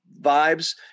vibes